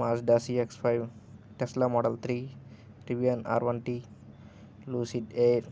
Mazda CX five Tesla Model three Rivian R one T Lucid air